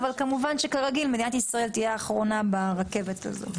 אבל כמובן שכרגיל מדינת ישראל תהיה האחרונה ברכבת הזאת.